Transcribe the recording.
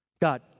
god